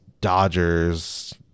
Dodgers